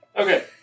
Okay